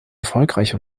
erfolgreich